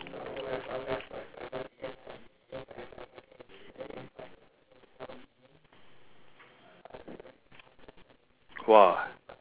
!wah!